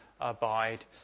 abide